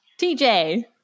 tj